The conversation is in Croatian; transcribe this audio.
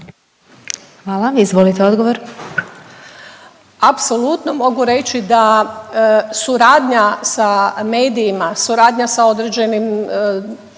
Hvala. Izvolite odgovor.